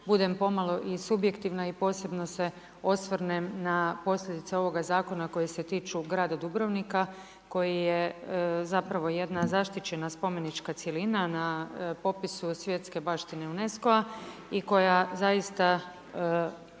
budem pomalo i subjektivna i posebno se osvrnem na posljedice ovoga zakona koje se tiču grada Dubrovnika koji je zapravo jedna zaštićena spomenička cjelina na popisu svjetske baštine UNESCO-a i koja zaista